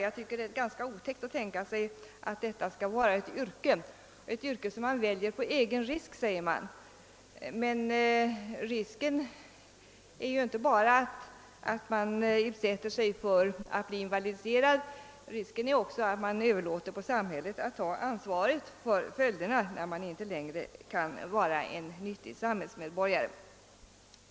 Jag tycker att det är ganska otäckt att tänka sig att detta skall vara ett yrke som man väljer på egen risk, som det heter, men risken ligger inte bara i att man utsätter sig för att bli invalidiserad, utan den ligger också i att man överlåter på samhället att ta ansvaret för följderna när boxaren inte längre kan vara en nyttig samhällsmedborgare.